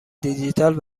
دیجیتال